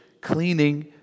cleaning